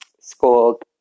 school